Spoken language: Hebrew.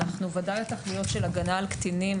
בוודאי שתכניות של הגנה על קטינים